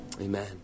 Amen